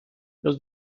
los